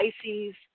Pisces